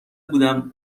بودم